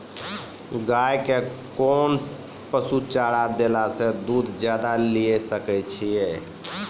गाय के कोंन पसुचारा देला से दूध ज्यादा लिये सकय छियै?